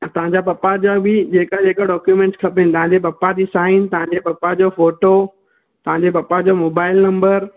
त तव्हां जा पप्पा जा बि जेका जेका डॉक्यूंमेंट खपनि तव्हां जे पप्पा जी साइन तव्हां जे पप्पा जो फोटो तव्हां जे पप्पा जो मोबाइल नंबर